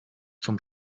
zum